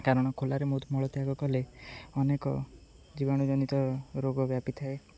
କାରଣ ଖୋଲାରେ ମଳତ୍ୟାଗ କଲେ ଅନେକ ଜୀବାଣୁଜନିତ ରୋଗ ବ୍ୟାପିଥାଏ